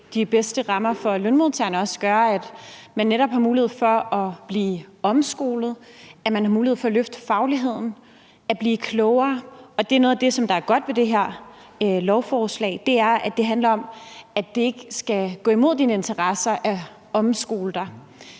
de bedste rammer for lønmodtagerne, og at det også gør, at man netop har mulighed for at blive omskolet, at man har mulighed for at løfte fagligheden, at blive klogere, og at noget af det, som er godt ved det her lovforslag, er, at det handler om, at det at omskole dig ikke skal gå imod dine interesser. Men på samme tid